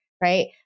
Right